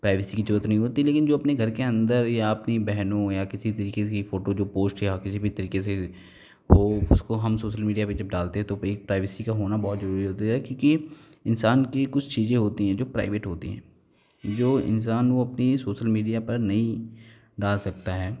privacy की जरुरत नहीं होती लेकिन जो अपने घर के अंदर या अपनी बहनों या किसी तरीके की फ़ोटो जो पोस्ट या किसी भी तरीके से वो उसको हम सोशल मीडिया पे जब डालते हैं तो एक प्राइवेसी का होना बहुत जरूरी होता जा क्योंकि इंसान की कुछ चीज़ें होती हैं जो प्राइवेट होती हैं जो इंसान को अपनी सोसल मीडिया पर नहीं डाल सकता है